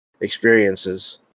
experiences